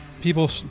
people